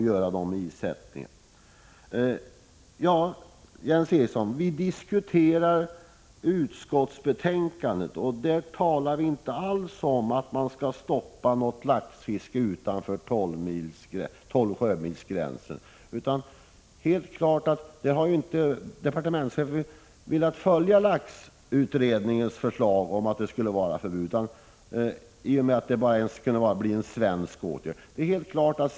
Vi diskuterar utskottsbetänkandet, Jens Eriksson, och där talar vi inte alls om att stoppa laxfiske utanför 12 sjömil. Det är helt klart att departementschefen inte velat följa laxutredningens förslag om förbud i och med att det enbart skulle bli fråga om en svensk åtgärd.